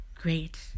great